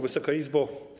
Wysoka Izbo!